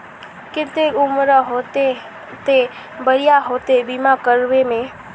केते उम्र होते ते बढ़िया होते बीमा करबे में?